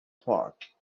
park